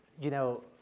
you know,